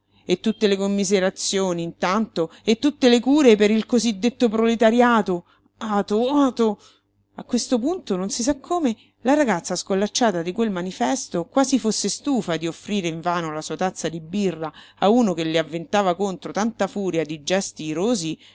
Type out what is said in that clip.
e tutte le commiserazioni intanto e tutte le cure per il cosí detto proletariato ato ato a questo punto non si sa come la ragazza scollacciata di quel manifesto quasi fosse stufa di offrire invano la sua tazza di birra a uno che le avventava contro tanta furia di gesti irosi